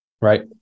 right